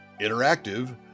interactive